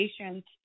patients